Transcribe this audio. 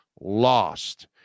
lost